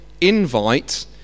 invite